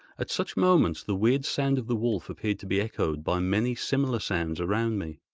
at such moments the weird sound of the wolf appeared to be echoed by many similar sounds around me.